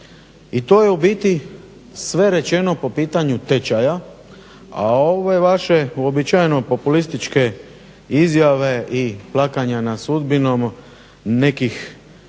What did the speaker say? I to je u biti sve rečeno po pitanju tečaja. A ovo je vaše uobičajeno populističke izjave i plakanja nad sudbinom nekih